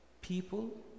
people